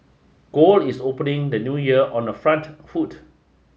gold is opening the new year on the front foot